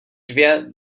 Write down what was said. dvě